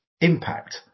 impact